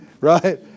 right